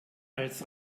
als